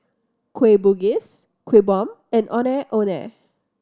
Kueh Bugis Kuih Bom and Ondeh Ondeh